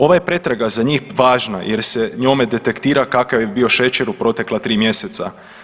Ova je pretraga za njih važna jer se njome detektira kakav je bio šećer u protekla 3 mjeseca.